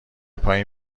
پایین